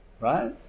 Right